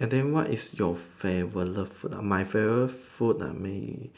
and then what is your favourite food ah my favourite food may